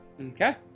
Okay